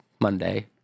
Monday